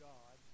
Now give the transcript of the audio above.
God